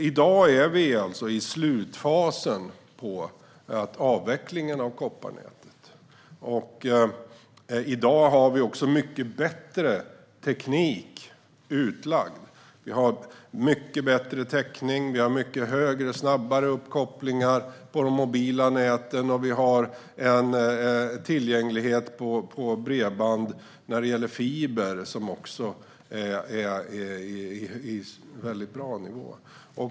I dag är vi alltså i slutfasen av avvecklingen av kopparnätet. I dag har vi också mycket bättre teknik utlagd. Vi har mycket bättre täckning och mycket snabbare uppkopplingar i de mobila näten, och vi har en tillgänglighet till bredband i form av fiber som är på en mycket bra nivå.